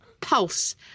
pulse